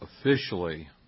officially